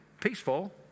peaceful